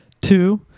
Two